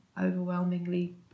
overwhelmingly